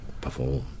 perform